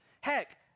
heck